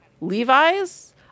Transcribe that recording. Levi's